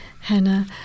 Hannah